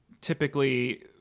typically